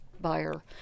buyer